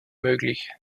möglich